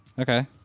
Okay